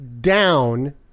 down